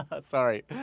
Sorry